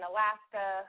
Alaska